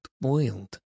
boiled